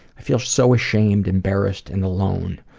i feel so ashamed, embarrassed, and alone.